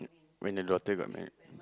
when the daughter got married